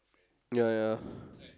ya ya ya